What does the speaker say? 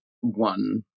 one